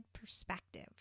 perspective